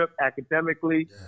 academically